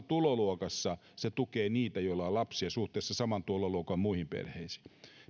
tuloluokassa se tukee niitä joilla on lapsia suhteessa saman tuloluokan muihin perheisiin